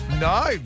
No